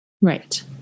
Right